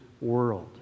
world